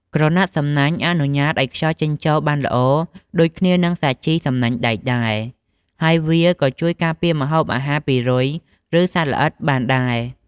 ក្រណាត់សំណាញ់អនុញ្ញាតឱ្យខ្យល់ចេញចូលបានល្អដូចគ្នានឹងសាជីសំណាញ់ដែកដែរ ហើយវាក៏ជួយការពារម្ហូបអាហារពីរុយ ឬសត្វល្អិតបានដែរ។